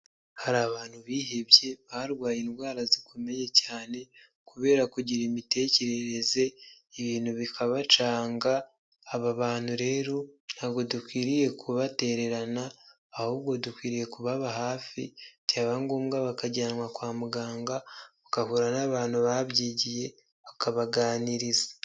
Hari abantu bihebye barwaye indwara zikomeye cyane kubera kugira imitekerereze ibintu bikabacanga. Aba bantu rero ntabwo dukwiriye kubatererana ahubwo dukwiriye kubaba hafi byaba ngombwa bakajyanwa kwa muganga bagahura n'abantu babyigiye bakabaganiriza.